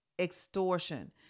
extortion